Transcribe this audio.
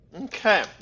okay